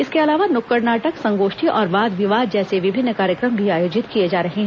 इसके अलावा नुक्कड़ नाटक संगोष्ठी और वाद विवाद जैसे विभिन्न कार्यक्रम आयोजित किए जा रहे हैं